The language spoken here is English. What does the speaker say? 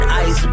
ice